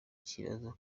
ikibazo